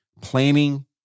planning